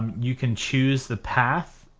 you can choose the path.